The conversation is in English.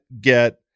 get